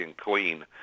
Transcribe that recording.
Queen